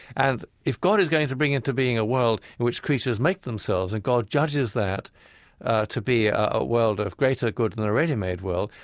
and if god is going to bring into being a world in which creatures make themselves and god judges that to be a a world of greater good than a ready-made world,